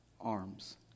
arms